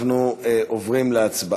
אנחנו עוברים להצבעה.